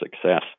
success